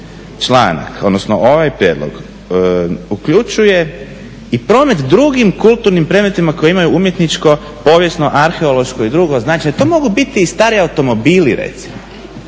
članak, odnosno ovaj prijedlog uključuje i promet drugim kulturnim predmetima koji imaju umjetnički, povijesno, arheološko i drugo značenje. To mogu biti i stari automobili recimo.